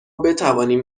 بتوانیم